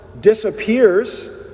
disappears